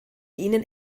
ihnen